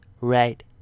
right